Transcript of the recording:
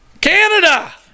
Canada